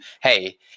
hey